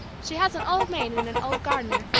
she has an old maid and an old gardener,